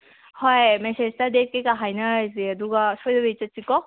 ꯍꯣꯏ ꯃꯦꯁꯦꯖꯇ ꯗꯦꯠ ꯀꯩꯀꯥ ꯍꯥꯏꯅꯔꯁꯦ ꯑꯗꯨꯒ ꯁꯣꯏꯗꯕꯤ ꯆꯠꯁꯤꯀꯣ